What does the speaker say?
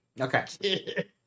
Okay